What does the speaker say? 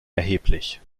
erheblich